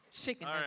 Chicken